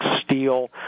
steel